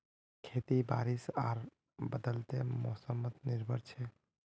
खेती बारिश आर बदलते मोसमोत निर्भर छे